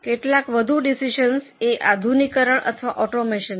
કેટલાક વધુ ડિસિસિઅન એ આધુનિકરણ અથવા ઓટોમેશન છે